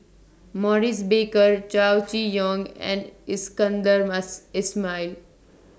Maurice Baker Chow Chee Yong and Iskandar Mass Ismail